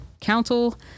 council